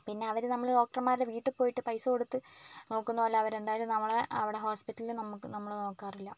പിന്നെ അവര് നമ്മള് ഡോക്ടർമാരുടെ വീട്ടിൽ പോയിട്ട് പൈസ കൊടുത്ത് നോക്കുന്നത് പോലെ അവരെന്തായാലും നമ്മളെ അവിടെ ഹോസ്പിറ്റലില് നമുക്ക് നമ്മളെ നോക്കാറില്ല